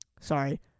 sorry